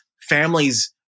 Families